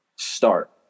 start